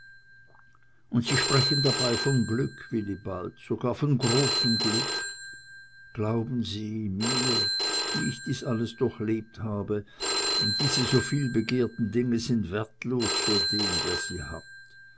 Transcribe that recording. und sie sprechen dabei von glück wilibald sogar von großem glück glauben sie mir mir die ich dies alles durchlebt habe diese soviel begehrten dinge sind wertlos für den der sie hat